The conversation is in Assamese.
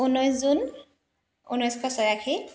ঊনৈছ জুন ঊনৈছশ ছিয়াশী